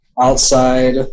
outside